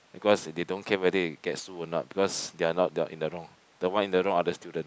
because they don't care whether it get sue or not because they're not they are in the wrong the one in the wrong are the student